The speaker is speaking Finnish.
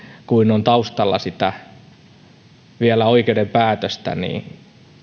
kuin on vielä taustalla sitä oikeuden päätöstä niin